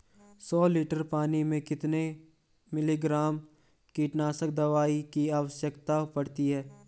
सौ लीटर पानी में कितने मिलीग्राम कीटनाशक दवाओं की आवश्यकता पड़ती है?